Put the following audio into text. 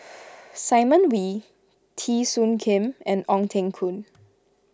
Simon Wee Teo Soon Kim and Ong Teng Koon